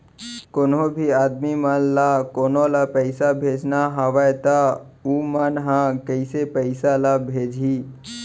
कोन्हों भी आदमी मन ला कोनो ला पइसा भेजना हवय त उ मन ह कइसे पइसा ला भेजही?